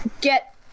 get